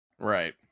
right